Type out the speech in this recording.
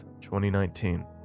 2019